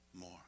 more